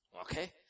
Okay